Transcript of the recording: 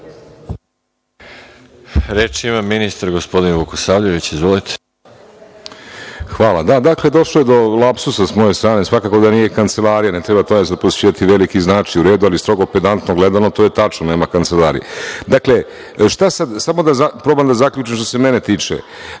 Reč ima ministar Vukosavljević. **Vladan Vukosavljević** Hvala. Da, dakle, došlo je do lapsusa sa moje strane. Svakako da nije kancelarija, ne treba tome posvećivati veliki značaj. U redu, ali strogo pedantno gledano to je tačno, nema kancelarije. Dakle, samo da probam da zaključim što se mene tiče.